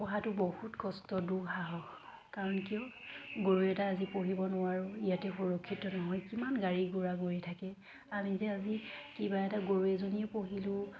পোহাটো বহুত কষ্ট দুঃসাহস কাৰণ কিয় গৰু এটা আজি পুহিব নোৱাৰোঁ ইয়াতে সুৰক্ষিত নহয় কিমান গাড়ী ঘোৰা ঘূৰি থাকে আমি যে আজি কিবা এটা গৰু এজনীয়ে পুহিলোঁ